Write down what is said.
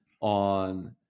on